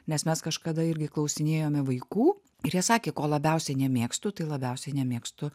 nes mes kažkada irgi klausinėjome vaikų ir jie sakė ko labiausiai nemėgstu tai labiausiai nemėgstu